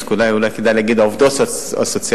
אז אולי כדאי להגיד עובדות סוציאליות,